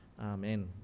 Amen